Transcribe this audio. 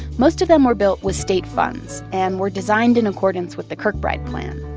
most of them were built with state funds and were designed in accordance with the kirkbride plan.